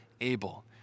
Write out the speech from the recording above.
Abel